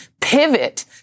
pivot